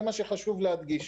זה מה שחשוב להדגיש.